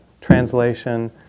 translation